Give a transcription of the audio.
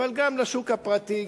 אבל גם לשוק הפרטי,